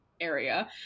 area